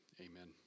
Amen